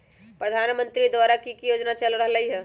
प्रधानमंत्री द्वारा की की योजना चल रहलई ह?